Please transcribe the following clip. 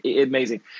amazing